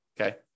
okay